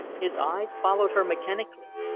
his eyes followed her mechanically.